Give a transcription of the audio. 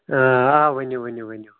آ آ ؤنِو ؤنِو ؤنِو